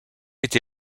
été